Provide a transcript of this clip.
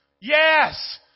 Yes